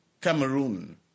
Cameroon